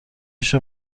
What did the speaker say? پیش